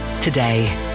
today